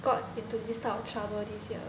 got into this type of trouble this year